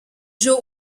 joue